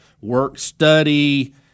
work-study